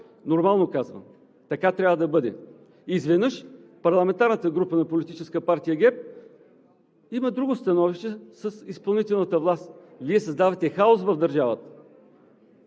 Нормално казвам – така трябва да бъде. Изведнъж парламентарната група на Политическа партия ГЕРБ има друго становище с изпълнителната власт. Вие създавате хаос в държавата